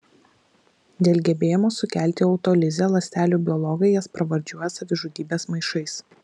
dėl gebėjimo sukelti autolizę ląstelių biologai jas pravardžiuoja savižudybės maišais